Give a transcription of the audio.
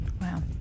Wow